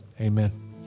Amen